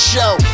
Show